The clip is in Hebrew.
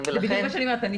זה בדיוק מה שאמרתי.